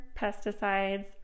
pesticides